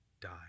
die